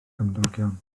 cymdogion